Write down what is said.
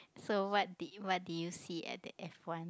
so what did what did you see at the F one